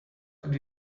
could